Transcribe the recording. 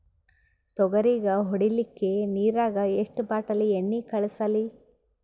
ತೊಗರಿಗ ಹೊಡಿಲಿಕ್ಕಿ ನಿರಾಗ ಎಷ್ಟ ಬಾಟಲಿ ಎಣ್ಣಿ ಕಳಸಲಿ?